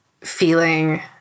feeling